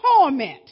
Torment